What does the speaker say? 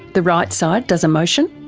the right side does emotion.